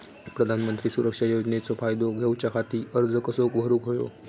प्रधानमंत्री सुरक्षा योजनेचो फायदो घेऊच्या खाती अर्ज कसो भरुक होयो?